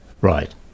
Right